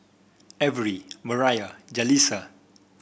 Averie Mariah Jalissa